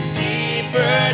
deeper